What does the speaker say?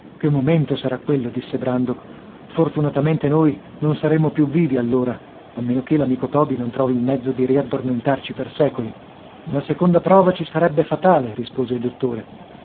momento sarà quello disse brandok fortunatamente noi non saremo più vivi allora a meno che l'amico toby non trovi il mezzo di riaddormentarci per secoli una seconda prova ci sarebbe fatale rispose il dottore